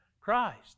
Christ